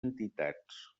entitats